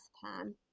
plan